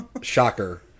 Shocker